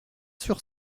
sur